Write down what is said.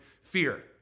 fear